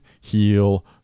heal